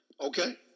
Okay